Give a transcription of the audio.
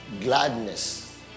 Gladness